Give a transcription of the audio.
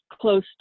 close